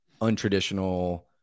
untraditional